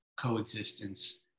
coexistence